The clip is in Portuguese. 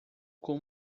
com